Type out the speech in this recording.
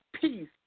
peace